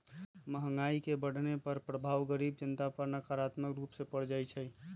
महंगाई के बढ़ने के प्रभाव गरीब जनता पर नकारात्मक रूप से पर जाइ छइ